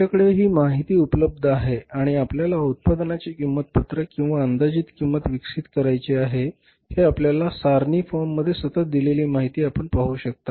आमच्याकडे ही माहिती उपलब्ध आहे आणि आपल्याला उत्पादनाची किंमत पत्रक किंवा अंदाजित किंमत विकसित करायची आहे हे आपल्याला सारणी फॉर्म मध्ये सतत दिलेली माहिती आपण पाहू शकता